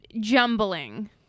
jumbling